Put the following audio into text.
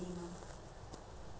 ah let's see lah